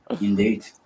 Indeed